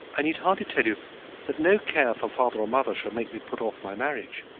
i need hardly tell you that no care for father or mother shall make me put off my marriage.